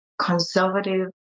conservative